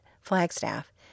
Flagstaff